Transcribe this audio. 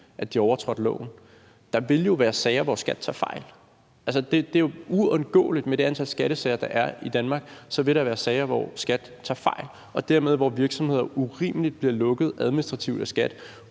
at de har overtrådt loven. Der vil jo være sager, hvor skattemyndighederne tager fejl. Det er jo uundgåeligt med det antal skattesager, der er i Danmark. Så vil der være sager, hvor skattevæsenet tager fejl, og dermed sager, hvor virksomheder urimeligt bliver lukket administrativt af